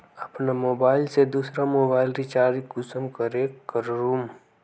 अपना मोबाईल से दुसरा मोबाईल रिचार्ज कुंसम करे करूम?